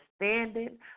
understanding